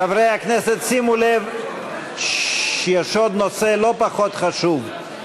חברי הכנסת, שימו לב, יש עוד נושא, לא פחות חשוב.